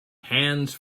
hands